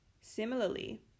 Similarly